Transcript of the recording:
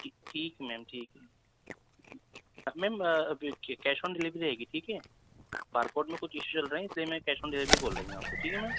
ٹھیک ہے میم ٹھیک ہے میم کیش آن ڈلیوری رہے گی ٹھیک ہے بار کوڈ میں کچھ اشو چل رہا ہے اس لئے میں کیش آن ڈلیوری بول رہی ہوں آپ کو ٹھیک ہے میم